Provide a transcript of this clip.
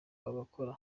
bagakora